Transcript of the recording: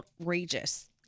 outrageous